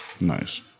Nice